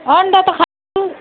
अन्डा त खान्छु